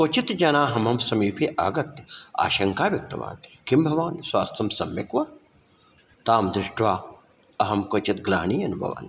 क्वचित् जनाः मम समीपे आगत्य आशङ्कां व्यक्तवान् किं भवान् स्वास्थ्यं सम्यक् वा तां दृष्ट्वा अहं क्वचित् ग्लानिम् अनुभवामि